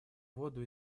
воду